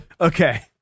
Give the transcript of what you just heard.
Okay